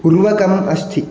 उर्वरकम् अस्ति